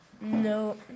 no